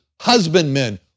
husbandmen